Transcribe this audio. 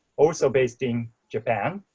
also based in japan,